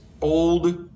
old